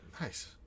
Nice